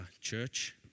Church